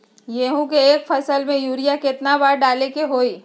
गेंहू के एक फसल में यूरिया केतना बार डाले के होई?